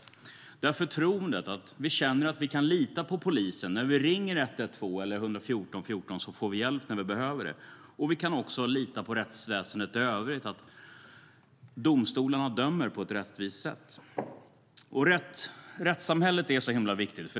Det handlar om förtroende, att vi känner att vi kan lita på polisen och får den hjälp vi behöver när vi ringer 112 eller 11414. Vi ska också kunna lita på rättsväsendet i övrigt och att domstolarna dömer rättvist. Rättssamhället är viktigt.